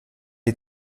die